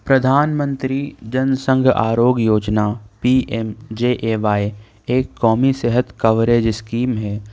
پرادھان منتری جن سنگھ Arogya Yojana P M J A Y ایک قومی صحت کوریج اسکیم ہے